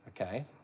okay